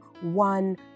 one